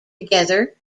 together